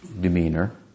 demeanor